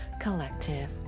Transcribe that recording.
collective